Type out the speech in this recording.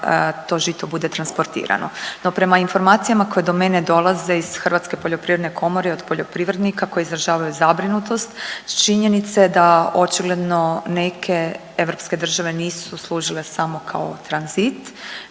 to žito bude transportirano. No prema informacijama koje do mene dolaze iz Hrvatske poljoprivredne komore i od poljoprivrednika koji izražavaju zabrinutost s činjenice da očigledno neke europske države nisu služile samo kao tranzit